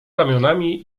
ramionami